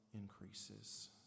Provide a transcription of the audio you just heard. increases